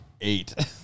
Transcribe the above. eight